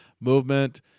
Movement